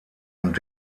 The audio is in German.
und